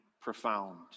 profound